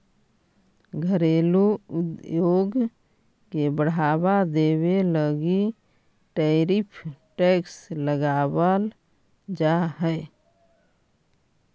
घरेलू उद्योग के बढ़ावा देवे लगी टैरिफ टैक्स लगावाल जा हई